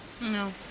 No